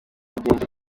byinshi